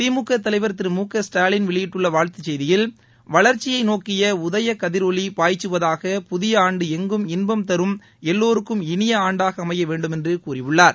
திமுக தலைவர் திரு மு க ஸ்டாலின் வெளியிட்டுள்ள வாழ்த்துச் செய்தியில் வளர்ச்சியை போக்கிய உதய கதிரொளி பாய்ச்சுவதாக புதிய ஆண்டு எங்கும் இன்பம் தரும் எல்லோருக்கும் இனிய ஆண்டாக அமைய வேண்டுமென்று கூறியுள்ளார்